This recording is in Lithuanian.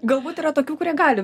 galbūt yra tokių kurie gali